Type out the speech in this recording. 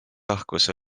lahkus